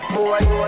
Boy